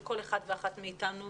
של כל אחד ואחת מאיתנו